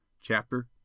Chapter